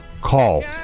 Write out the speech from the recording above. Call